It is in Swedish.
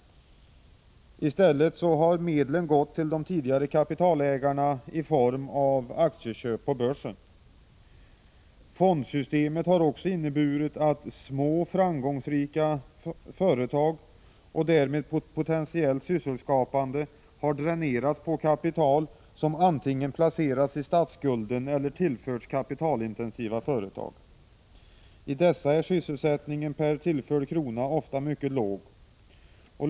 I stället har medlen gått till de tidigare kapitalägarna genom aktieköp på börsen. Fondsystemet har också inneburit att små framgångsrika företag — och därmed potentiellt sysselsättningsskapande — har dränerats på kapital, som antingen placerats i statsskulden eller tillförts kapitalintensiva företag. I sådana företag är sysselsättningsökningen per tillförd krona mycket ofta låg.